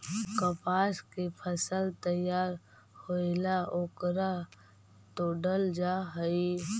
कपास के फसल तैयार होएला ओकरा तोडल जा हई